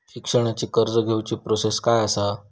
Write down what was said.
शिक्षणाची कर्ज घेऊची प्रोसेस काय असा?